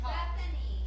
Bethany